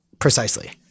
Precisely